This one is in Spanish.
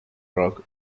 rock